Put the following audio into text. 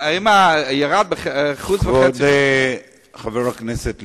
כבוד חבר הכנסת ליצמן,